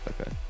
okay